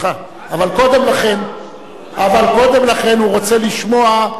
אבל קודם לכן הוא רוצה לשמוע את אותן